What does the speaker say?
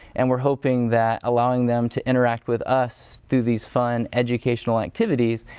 and we're hoping that allowing them to interact with us through these fun, educational activities,